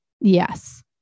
Yes